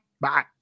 Bye